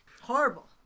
Horrible